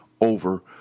over